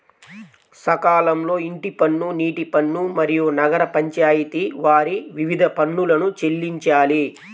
సకాలంలో ఇంటి పన్ను, నీటి పన్ను, మరియు నగర పంచాయితి వారి వివిధ పన్నులను చెల్లించాలి